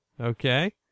Okay